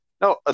No